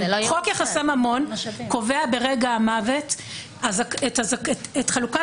חוק יחסי ממון קובע ברגע המוות את חלוקת